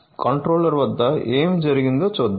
POX controller వద్ద ఏమి జరిగిందో చూద్దాం